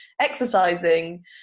exercising